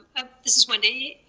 this is wendy.